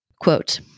Quote